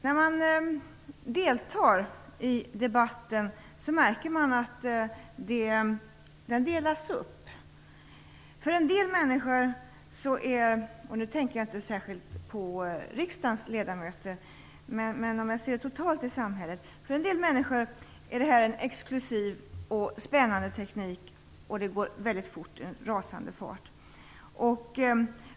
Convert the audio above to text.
När man deltar i debatten märker man att den delas upp. För en del människor - och då tänker jag inte särskilt på riksdagens ledamöter, utan totalt i samhället - är detta en exklusiv och spännande teknik där allt går väldigt fort och i en rasande fart.